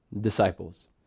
disciples